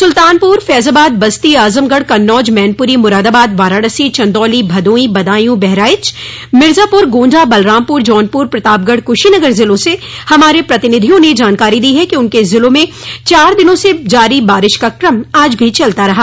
सुल्तानपुर फैजाबाद बस्ती आजमगढ़ कन्नौज मैनपुरी मुरादाबाद वाराणसी चन्दौली भदोही बदायू बहराइच मिर्जापुर गोण्डा बलरामपुर जौनपुर प्रतापगढ़ कुशीनगर जिलों से हमारे प्रतिनिधियों ने जानकारी दी है कि उनके जिलों म चार दिनों से जारी बारिश का क्रम आज भी चलता रहा